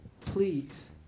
please